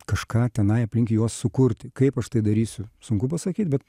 kažką tenai aplink juos sukurti kaip aš tai darysiu sunku pasakyt bet